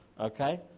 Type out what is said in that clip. Okay